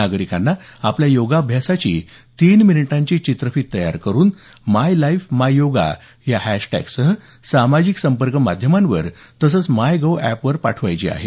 नागरिकांना आपल्या योगाभ्यासाची तीन मिनिटांची चित्रफीत तयार करून माय लाईफ माय योगा या हॅशटॅगसह सामाजिक संपर्क माध्यमावर तसंच माय गव्ह अॅपवर पाठवायची आहे